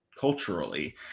culturally